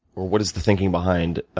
or what is the thinking behind,